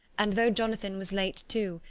and though jonathan was late too,